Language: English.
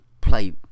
play